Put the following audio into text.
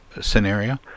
scenario